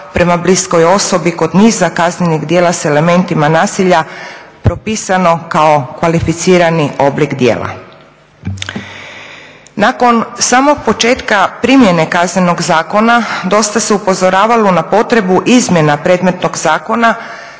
prema bliskoj osobi kod niza kaznenih djela s elementima nasilja propisano kao kvalificirani oblik djela. Nakon samog početka primjene Kaznenog zakona dosta se upozoravalo na potrebu izmjena predmetnog zakona